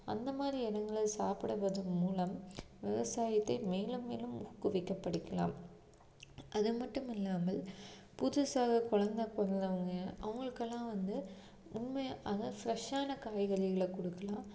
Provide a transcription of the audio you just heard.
அந்த மாதிரி இடங்களில் சாப்பிடுவது மூலம் விவசாயத்தை மேலும் மேலும் ஊக்குவிக்க படிக்கலாம் அது மட்டும் இல்லாமல் புதுசாக குழந்த பிறந்தவங்க அவங்களுக்கெல்லாம் வந்து உண்மையாக அதுதான் ஃப்ரெஷ்ஷான காய்கறிகளை கொடுக்கலாம்